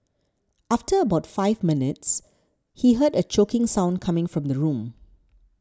after about five minutes he heard a choking sound coming from the room